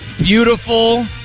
beautiful